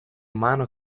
umano